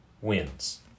wins